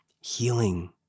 Healing